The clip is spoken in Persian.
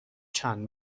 چند